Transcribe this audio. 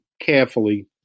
carefully